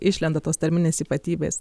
išlenda tos tarminės ypatybės